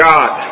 God